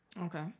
Okay